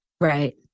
Right